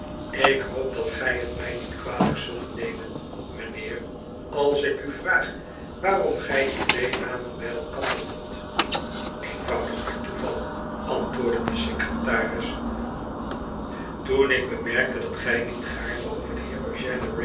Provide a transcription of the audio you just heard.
lik hoop dat gij het mij niet kwalijk zult nemen mijnheer als ik u vraag waarom gij die twee namen bij eikander noemt eenvoudig bij toeval antwoordde de secretaris toen ik bemerkte dat gij niet gaarne over den